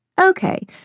Okay